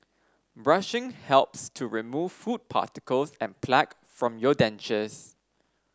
brushing helps to remove food particles and plaque from your dentures